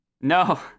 No